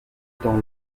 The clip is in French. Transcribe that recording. dans